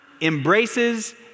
embraces